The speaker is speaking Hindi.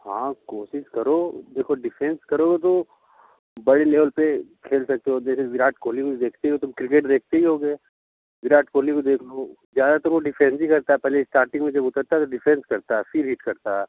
हाँ कोशिश करो देखो डिफेंस करोगे तो बड़े लेवल पर खेल सकते हो जैसे विराट कोहली को देखते हो तुम क्रिकेट देखते ही होगे विराट कोहली को देख लो ज़्यादातर वो डिफेंस ही करता है पहले स्टार्टिंग में जब उतरता है तो डिफेंस करता है फिर हिट करता है